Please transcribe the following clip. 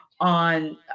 on